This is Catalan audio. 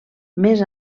més